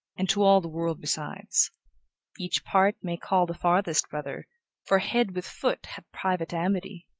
and to all the world besides each part may call the farthest, brother for head with foot hath private amity,